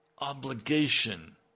obligation